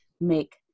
make